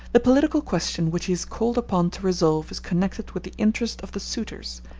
the political question which he is called upon to resolve is connected with the interest of the suitors,